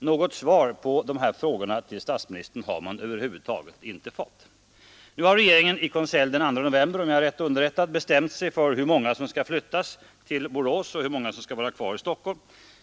Något svar på dessa frågor till statsministern har man över huvud taget inte fått. Nu har regeringen i konselj den 2 november, om jag är rätt underrättad, bestämt sig för hur många som skall flyttas till Borås och hur många som skall vara kvar i Stockholm.